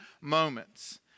moments